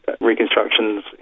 reconstructions